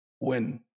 win